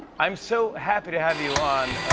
i'm so happy to have you on.